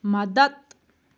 مدتھ